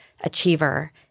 achiever